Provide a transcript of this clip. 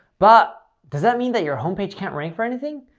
but does that mean that your homepage can't rank for anything?